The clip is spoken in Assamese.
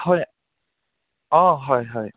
হয় অঁ হয় হয়